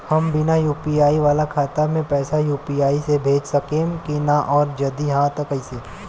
हम बिना यू.पी.आई वाला खाता मे पैसा यू.पी.आई से भेज सकेम की ना और जदि हाँ त कईसे?